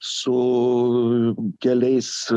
su keliais